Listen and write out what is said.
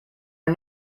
are